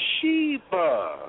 Sheba